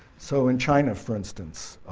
so in china, for instance,